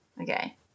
Okay